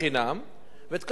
ותקבל לחמש שנים.